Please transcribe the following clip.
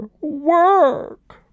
work